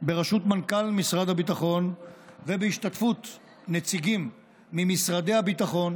בראשות מנכ"ל משרד הביטחון ובהשתתפות נציגים ממשרדי הביטחון,